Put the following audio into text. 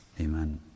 Amen